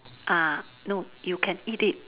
ah no you can eat it